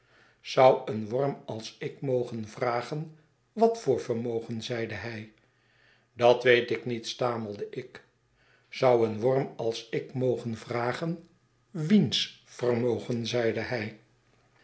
zou een worm als ik mogen vragen wat voor vermogen zeide hij dat weet ik niet stamelde ik zou een worm als ik mogen vragen wiens vermogen zeide hij